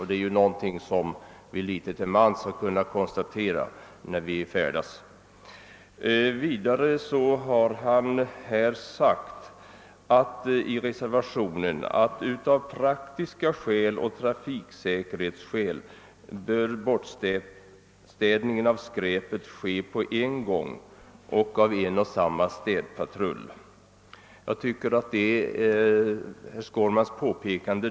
Det är något som vi ganska ofta kan konstatera när vi färdas längs vägarna. Vidare har herr Skårman i reservationen uttalat att bortstädningen av skräpet av praktiska skäl och med hänsyn till trafiksäkerheten bör utföras av samma städpatrull inom samma område.